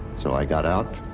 so i got out,